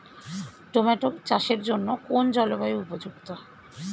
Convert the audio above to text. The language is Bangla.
টোমাটো চাষের জন্য কোন জলবায়ু উপযুক্ত?